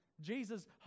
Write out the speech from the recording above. Jesus